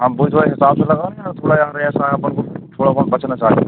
हाँ बूझो थोड़ा हिसाब से लगाओ ना थोड़ा यार ऐसा अपने को थोड़ा बहुत बचना चाहिए